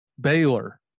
Baylor